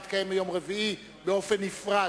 יתקיים ביום רביעי באופן נפרד,